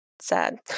sad